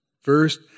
First